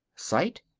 sight?